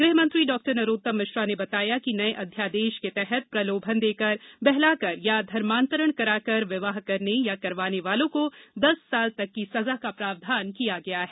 गृहमंत्री डॉ नरोत्तम मिश्रा ने बताया कि नये अध्यादेश के तहत प्रलोभन देकर बहलाकर या धर्मान्तरण करवाकर विवाह करने या करवाने वालों को दस साल तक की सजा का प्रावधान किया गया है